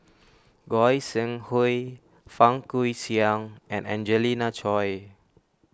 Goi Seng Hui Fang Guixiang and Angelina Choy